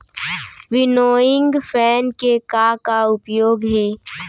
Winnowing fan के का का उपयोग हे?